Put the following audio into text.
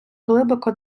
глибоко